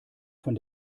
von